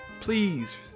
please